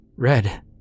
red